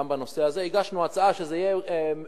גם בנושא הזה הגשנו הצעה שזה יהיה בחוק.